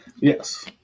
Yes